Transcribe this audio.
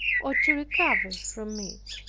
or to recover from it.